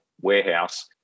warehouse